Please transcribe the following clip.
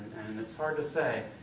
and it's hard to say.